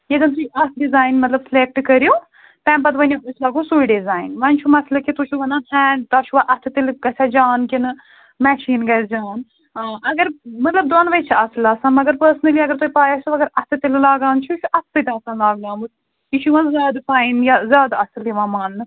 ییٚتٮ۪ن تُہۍ اَکھ ڈِزایِن مطلب سِلیکٹہٕ کٔرِو تَمہِ پَتہٕ ؤنِو أسۍ لاگو سُے ڈِزایِن وۅنۍ چھُ مَسلہٕ کہِ تُہۍ چھُو وَنان ہینٛڈ تۄہہِ چھُوا اَتھٕ تِلہِ گژھیٛا جان کِنہٕ مِشیٖن گژھِ جان اگر مطلب دۄنوَے چھِ اَصٕل آسان مگر پٔرسٕنٔلی اگر تُہۍ پےَ آسوٕ اگر اَتھٕ تِلہٕ لاگان چھُ یہِ چھُ اَتھٕ سۭتۍ آسان لاگہٕ نوومُت یہِ چھُ یِوان زیادٕ پاین یا زیادٕ اَصٕل یِوان ماننہٕ